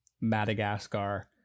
Madagascar